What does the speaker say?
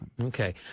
Okay